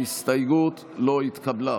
ההסתייגות לא התקבלה.